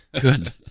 Good